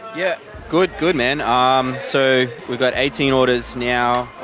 yeah good, good man. um so we've got eighteen orders now.